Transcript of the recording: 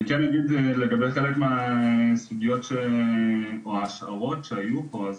אני כן אגיד לגבי חלק מהסוגיות או ההשערות שהיו פה,